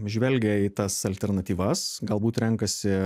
žvelgia į tas alternatyvas galbūt renkasi